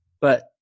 but-